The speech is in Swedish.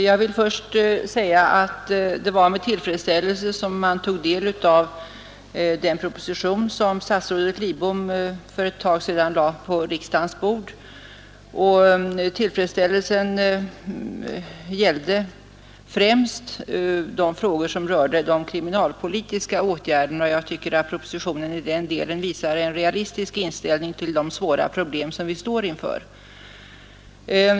Herr talman! Först vill jag säga att det var med tillfredsställelse som jag tog del av den proposition som statsrådet Lidbom för ett tag sedan lade på riksdagens bord. Tillfredsställelsen gäller främst de frågor som rör de kriminalpolitiska åtgärderna — jag tycker att propositionen i den delen visar en realistisk inställning till de svåra problem som vi står inför.